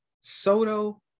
Soto